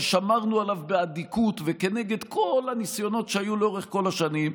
ששמרנו עליו באדיקות וכנגד כל הניסיונות שהיו לאורך כל השנים,